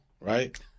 right